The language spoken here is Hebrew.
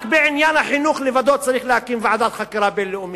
רק בעניין החינוך לבדו צריך להקים ועדת חקירה בין-לאומית.